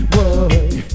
Boy